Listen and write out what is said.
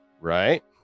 Right